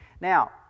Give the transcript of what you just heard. Now